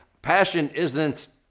passion isn't,